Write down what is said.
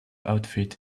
outfit